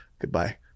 Goodbye